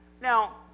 Now